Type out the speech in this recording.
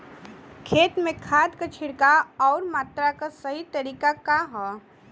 खेत में खाद क छिड़काव अउर मात्रा क सही तरीका का ह?